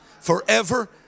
forever